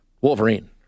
Wolverine